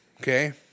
okay